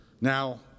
Now